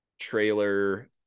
trailer